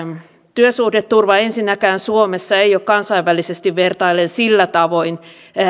työsuhdeturva ensinnäkään ei ole suomessa kansainvälisesti vertaillen sillä tavoin